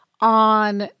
on